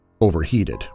Overheated